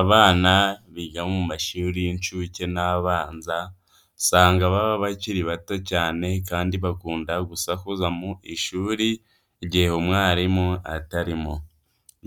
Abana biga mu mashuri y'incuke n'abanza usanga baba bakiri bato cyane kandi bakunda gusakuza mu ishuri igihe umwarimu ataririmo.